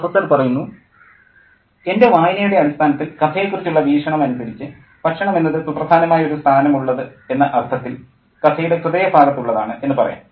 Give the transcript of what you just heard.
professor എൻ്റെ വായനയുടെ അടിസ്ഥാനത്തിൽ കഥയെക്കുറിച്ചുള്ള വീക്ഷണം അനുസരിച്ച് ഭക്ഷണം എന്നത് സുപ്രധാനമായ ഒരു സ്ഥാനമുള്ളത് എന്ന അർത്ഥത്തിൽ കഥയുടെ ഹൃദയഭാഗത്തുള്ളതാണ് എന്നു പറയാം